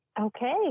okay